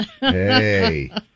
Hey